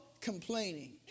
complaining